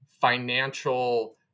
financial